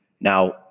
now